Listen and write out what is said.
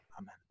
Amen